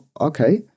okay